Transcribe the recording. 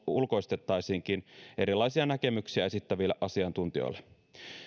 ulkoistettaisiinkin erilaisia näkemyksiä esittäville asiantuntijoille